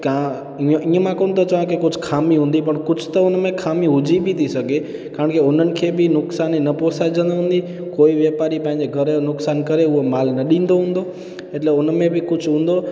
की इयं इयं मां कोन थो चवां की कुझु ख़ामी हूंदी पर कुझु त हुन में ख़ामी हुजी बि थी सघे कारण के हुननि खे बि नुक़सानु न पोसाएजंदो हूंदो कोई वापारी पंहिंजे घर जो नुक़सानु करे उहो माल न ॾींदो हूंदो एटले हुन में बि कुझु हूंदो